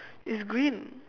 it's green